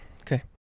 Okay